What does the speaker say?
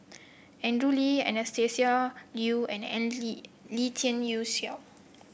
Andrew Lee Anastasia Liew and Lien Ying Chow